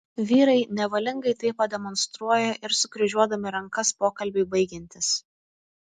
vyrai nevalingai tai pademonstruoja ir sukryžiuodami rankas pokalbiui baigiantis